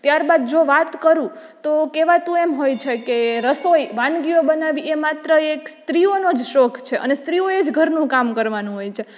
ત્યારબાદ જો વાત કરું તો કહેવાતું એમ હોય છે રસોઈ વાનગીઓ બનાવી એ માત્ર એક સ્ત્રીઓનો જ શોખ છે અને સ્ત્રીઓએ જ ઘરનું કામ કરવાનું હોય છે